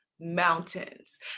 mountains